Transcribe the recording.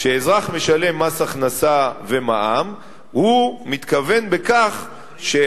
כשאזרח משלם מס הכנסה ומע"מ הוא מתכוון בכך שהוא